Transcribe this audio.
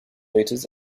meters